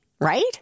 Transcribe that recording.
right